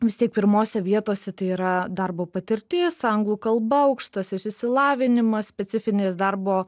vis tiek pirmose vietose tai yra darbo patirtis anglų kalba aukštasis išsilavinimas specifinės darbo